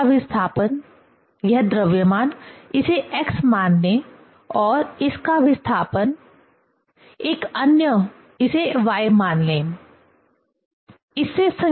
इस बॉब का विस्थापन यह द्रव्यमान इसे x मान लें और इस का विस्थापन एक अन्य इसे y मान लें